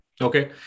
Okay